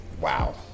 Wow